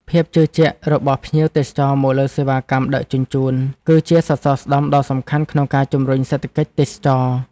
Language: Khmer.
ភាពជឿជាក់របស់ភ្ញៀវទេសចរមកលើសេវាកម្មដឹកជញ្ជូន គឺជាសសរស្តម្ភដ៏សំខាន់ក្នុងការជំរុញសេដ្ឋកិច្ចទេសចរណ៍។